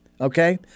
Okay